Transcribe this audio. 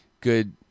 good